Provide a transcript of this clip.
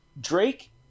drake